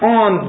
on